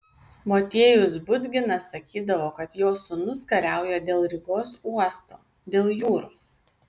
motiejus budginas sakydavo kad jo sūnus kariauja dėl rygos uosto dėl jūros